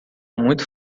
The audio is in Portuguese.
muito